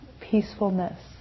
peacefulness